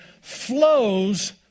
flows